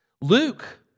Luke